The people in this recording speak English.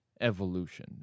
evolution